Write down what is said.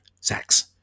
sex